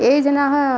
ये जनाः